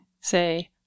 say